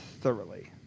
thoroughly